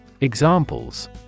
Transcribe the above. Examples